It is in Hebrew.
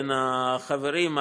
בין החברים,